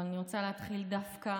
אבל אני רוצה להתחיל דווקא